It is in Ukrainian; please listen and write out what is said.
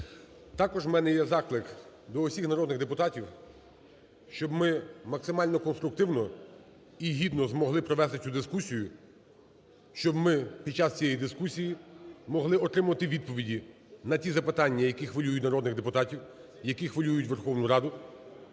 Також у мене є заклик до усіх народних депутатів, щоб ми максимально конструктивно і гідно змогли провести цю дискусію, щоб ми під час цієї дискусії могли отримувати відповіді на ті запитання, які хвилюють народних депутатів, які хвилюють Верховну Раду.